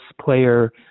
player